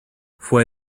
fue